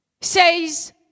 says